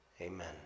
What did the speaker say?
Amen